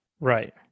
Right